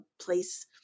place